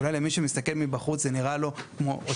ואולי למי שמסתכל מבחוץ זה נראה אותו דבר.